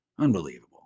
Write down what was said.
Unbelievable